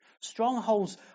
Strongholds